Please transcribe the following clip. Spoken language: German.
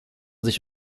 sich